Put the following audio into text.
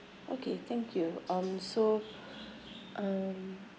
okay thank you um so um